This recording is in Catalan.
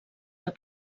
del